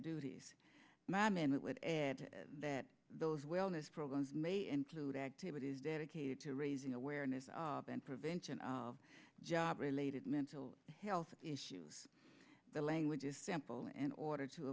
duties mom and it would add to that those wellness programs may include activities dedicated to raising awareness and prevention of job related mental health issues the language is simple an order to